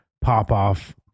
Pop-Off